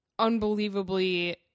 unbelievably